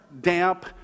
damp